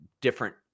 different